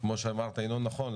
כמו שאמרת ינון נכון,